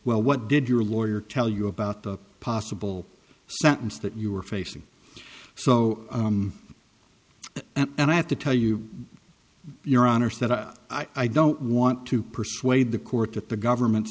well what did your lawyer tell you about the possible sentence that you were facing so and i have to tell you your honor said i don't want to persuade the court that the government